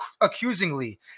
accusingly